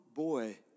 boy